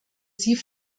sie